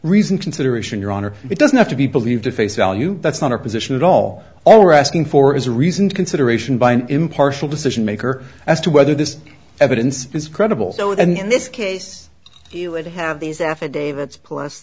reason consideration your honor it doesn't have to be believed to face value that's not our position at all or asking for is a reason to consideration by an impartial decision maker as to whether this evidence is credible so in this case you would have these affidavits plus